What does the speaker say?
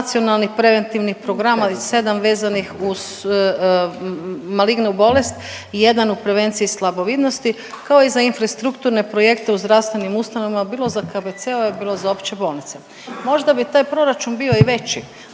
nacionalnih preventivnih programa i 7 vezanih uz malignu bolest i 1 u prevenciji slabovidnosti, kao i za infrastrukturne projekte u zdravstvenim ustanovama, bilo za KBC-ove, bilo za opće bolnice. Možda bi taj proračun bio i veći